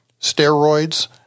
steroids